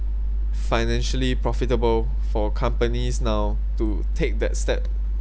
financially profitable for companies now to take that step